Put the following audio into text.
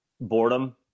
Boredom